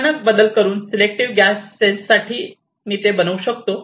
अचानक बदल करून सिलेक्टिव्ह गॅस सेन्स साठी मी ते बनवू शकतो